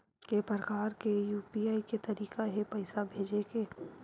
के प्रकार के यू.पी.आई के तरीका हे पईसा भेजे के?